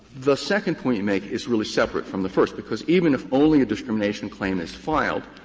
the second point you make is really separate from the first, because even if only a discrimination claim is filed,